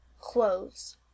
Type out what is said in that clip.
clothes